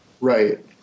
Right